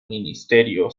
ministerio